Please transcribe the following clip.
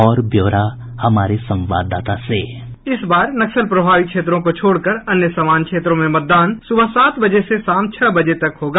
और ब्यौरा हमारे संवाददाता से साउंड बाईट इस बार नक्सल प्रभावित क्षेत्रों को छोड़कर अन्य सामान्य क्षेत्रों में मतदान सुबह सात बजे से शाम छह बजे तक होगा